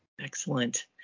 Excellent